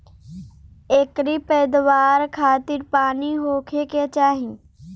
एकरी पैदवार खातिर पानी होखे के चाही